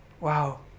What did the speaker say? wow